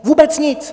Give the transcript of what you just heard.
Vůbec nic!